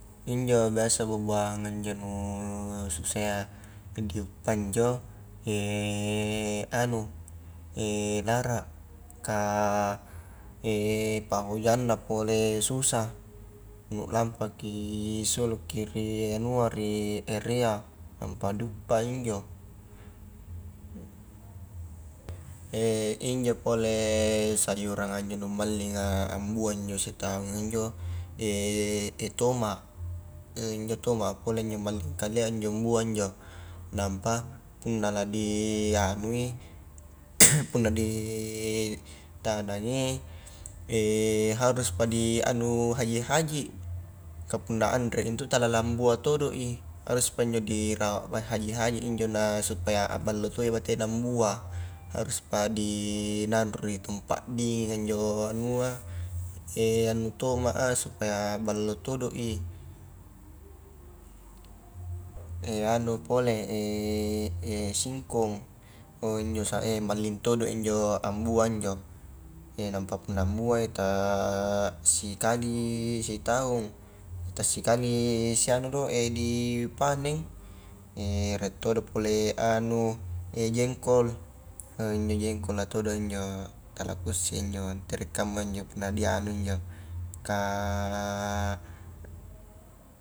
Injo biasa buah-buahanga injo nu susayya di uppa injo, anu lara, ka pahojangna pole susah, nu lampaki sulukki ri anua ri erea, nampa diuppa injo, injo pole sayuranga anu malling ambua injo sitaunga injo tomat, injo tomat pole injo malling kalea injo mbuah injo, nampa punna la dianui punna di tanangi haruspa di anu haji-haji, kah punna anre itu tala lambua todo i, haruspa injo dirawat haji-haji injo na supaya a ballo toi batena mbuah, haruspa di nanro ri tempat dinginga injo anua anu tomat a supaya ballo todo i, anu pole singkong injo sa malling todo injo ambua injo, nampa punna mbuai ta sikali sitaung, ta sikali sianu do di panen rie todo pole anu, jengkol, injo jengkol a todo injo, tala kusse injo tere kamma kama injo punna dianui injo kah